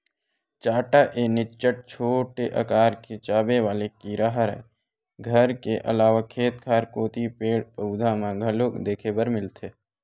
चाटा ए निच्चट छोटे अकार के चाबे वाले कीरा हरय घर के अलावा खेत खार कोती पेड़, पउधा म घलोक देखे बर मिलथे